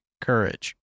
courage